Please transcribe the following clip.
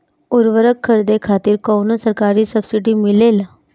उर्वरक खरीदे खातिर कउनो सरकारी सब्सीडी मिलेल?